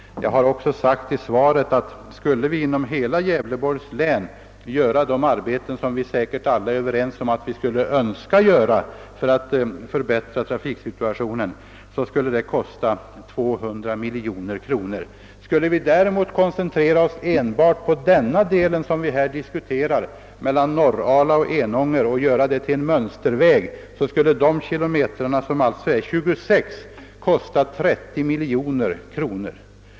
Jag har också sagt i mitt svar, att om vi inom hela Gävleborgs län skulle utföra de arbeten som vi alla säkert önskar få utförda för att förbättra trafikförhållandena, så skulle det kosta 200 miljoner kronor. Om vi däremot koncentrerade oss enbart på den vägsträcka som vi här diskuterar, alltså Norrala — Enånger, och gör den till en önskeväg, så skulle de 26 kilometerna kosta 30 miljoner kronor.